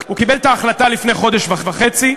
הוא קיבל את ההחלטה לפני חודש וחצי,